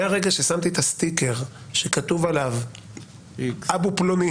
מהרגע ששמתי את הסטיקר שכתוב עליו אבו פלוני